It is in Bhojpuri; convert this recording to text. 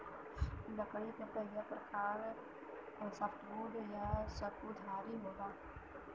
लकड़ी क पहिला प्रकार सॉफ्टवुड या सकुधारी होला